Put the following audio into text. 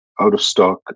out-of-stock